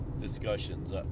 discussions